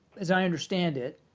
as i understand it,